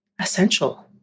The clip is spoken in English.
essential